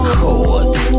Chords